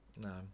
No